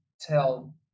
tell